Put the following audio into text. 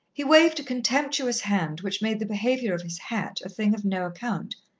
he waved a contemptuous hand which made the behaviour of his hat a thing of no account,